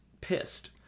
pissed